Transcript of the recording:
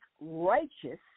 righteous